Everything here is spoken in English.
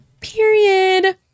period